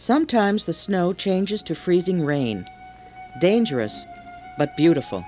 sometimes the snow changes to freezing rain dangerous but beautiful